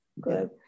good